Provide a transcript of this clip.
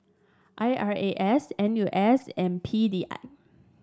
I R A S N U S and P D I